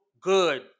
good